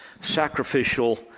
sacrificial